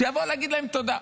שיבוא להגיד להם תודה.